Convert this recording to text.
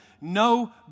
no